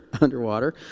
underwater